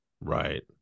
Right